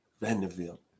Vanderbilt